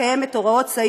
שנות פעולתי בערוץ,